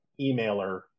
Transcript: emailer